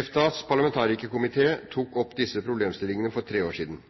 EFTAs parlamentarikerkomité tok opp disse problemstillingene for tre år siden.